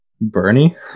Bernie